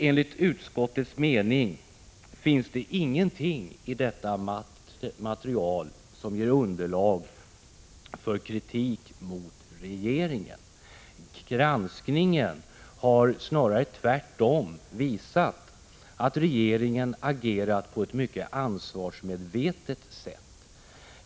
Enligt utskottets mening finns det ingenting i detta materialsom ger underlag Prot. 1985/86:146 Granskningen har tvärtom visat att regeringen har agerat på ett mycket WEE KPA SEN NG0 Granskning av statsrå ansvarsmedvetet sätt.